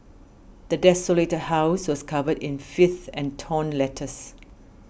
the desolated house was covered in filth and torn letters